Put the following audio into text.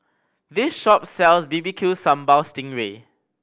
this shop sells B B Q Sambal sting ray